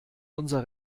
unser